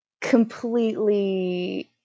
completely